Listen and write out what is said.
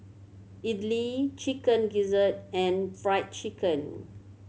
idly Chicken Gizzard and Fried Chicken